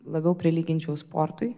labiau prilyginčiau sportui